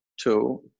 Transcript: Two